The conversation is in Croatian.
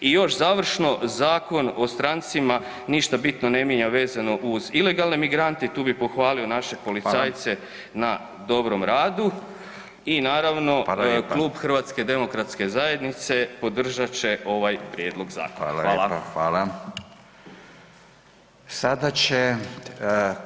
I još završno, Zakon o strancima ništa bitno ne mijenja vezano uz ilegalne migrante, tu bi pohvalio naše policajce na dobrom radu i naravno [[Upadica Radin: Hvala lijepa.]] klub HDZ-a podržat će ovaj prijedlog zakona, hvala.